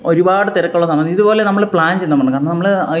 ഒരുപാട് തിരക്കുള്ള സമയത്ത് ഇത്പോലെ നമ്മള് പ്ലാന് ചെയ്യുന്നുണ്ട് നമ്മൾ കാരണം നമ്മള് ഈ